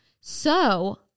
So-